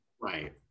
right